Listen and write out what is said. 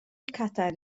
cadair